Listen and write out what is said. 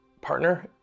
partner